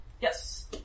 Yes